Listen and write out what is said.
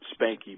Spanky